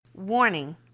Warning